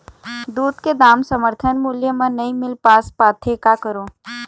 दूध के दाम समर्थन मूल्य म नई मील पास पाथे, का करों?